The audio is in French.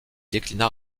déclina